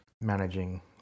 managing